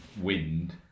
wind